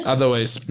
Otherwise